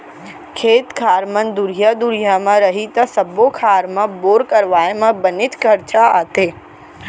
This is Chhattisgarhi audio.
खेत खार मन दुरिहा दुरिहा म रही त सब्बो खार म बोर करवाए म बनेच खरचा आथे